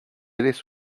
eres